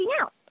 out